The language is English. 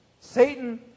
Satan